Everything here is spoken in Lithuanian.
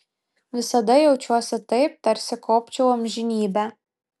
visada jaučiuosi taip tarsi kopčiau amžinybę